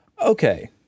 Okay